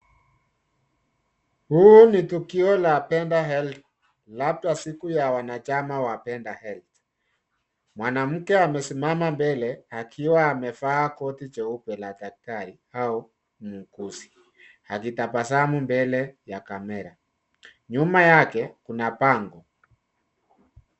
Huu ni tukio la Penda Health labda siku ya wanachama wa Penda Health . Mwanamke amesimama mbele, akiwa amevaa koti jeupe la the bride au muuguzi, akitabasamu mbele ya kamera. Nyuma yake kuna bango.